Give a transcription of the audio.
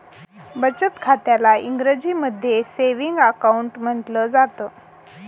बचत खात्याला इंग्रजीमध्ये सेविंग अकाउंट म्हटलं जातं